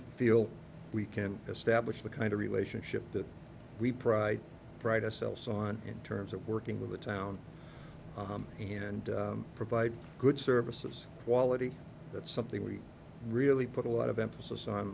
feel we can establish the kind of relationship that we pride brightest selves on in terms of working with the town and provide good services quality that's something we really put a lot of emphasis on